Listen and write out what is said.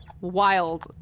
wild